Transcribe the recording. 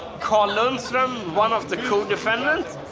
carl lundstrom, one of the co-defendants